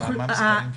מה המספרים?